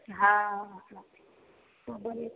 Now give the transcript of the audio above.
हाँ हाँ बोलिये